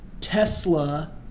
Tesla